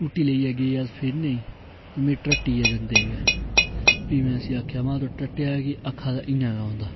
scooty लेइयै गे अस फिरने गी ते मीं त्रट्टिया जंदे गै भी में इस्सी आखेआ महां तूंं त्रट्टेआ की आक्खा दा इ'यां गै होंदा